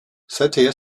seither